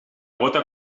gota